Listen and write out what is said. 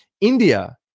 India